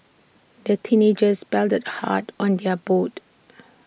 the teenagers paddled hard on their boat